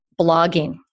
blogging